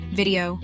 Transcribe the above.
video